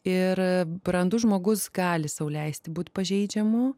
ir brandus žmogus gali sau leisti būt pažeidžiamu